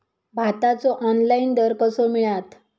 भाताचो ऑनलाइन दर कसो मिळात?